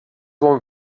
bon